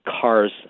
cars